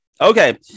okay